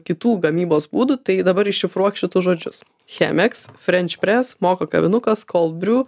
kitų gamybos būdų tai dabar iššifruok šitus žodžius chemeks frenčpres moka kavinukas kold briu